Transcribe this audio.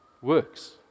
works